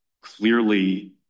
clearly